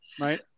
right